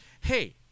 hey